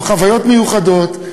עם חוויות מיוחדות,